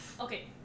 okay